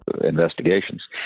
investigations